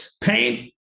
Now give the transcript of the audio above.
Pain